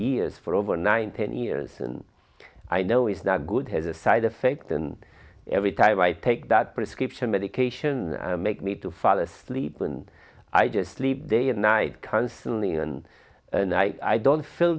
years for over nine ten years and i know it's not good has a side effect and every time i take that prescription medication make me to fall asleep and i just sleep day and night counseling and and i don't feel